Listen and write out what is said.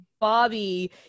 Bobby